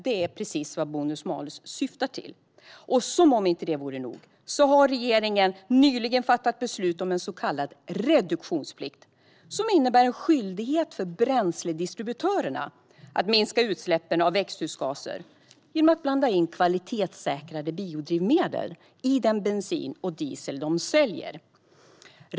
Det är precis vad bonus-malus syftar till. Som om det inte vore nog har regeringen nyligen fattat beslut om en så kallad reduktionsplikt som innebär en skyldighet för bränsledistributörerna att minska utsläppen av växthusgaser genom att blanda in kvalitetssäkrade biodrivmedel i den bensin och diesel de säljer.